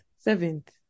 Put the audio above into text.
Seventh